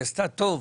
היא עשתה טוב.